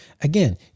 again